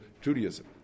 Judaism